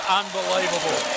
unbelievable